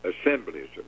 assemblies